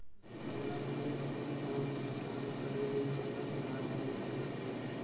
मोला cheque bill मा भुगतान करेले कतक लाभ मिल सकथे?